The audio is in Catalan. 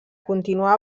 continuà